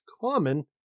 common